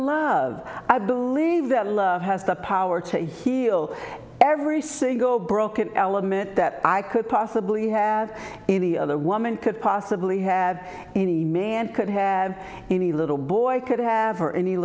believe i believe that love has the power to heal every single broken element that i could possibly have any other woman could possibly have any man could have any little boy could have or any